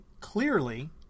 clearly